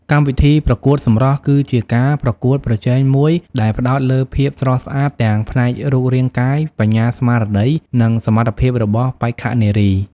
កម្មវិធីប្រកួតសម្រស់គឺជាការប្រកួតប្រជែងមួយដែលផ្តោតលើភាពស្រស់ស្អាតទាំងផ្នែករូបរាងកាយ បញ្ញាស្មារតី និងសមត្ថភាពរបស់បេក្ខនារី។